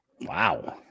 Wow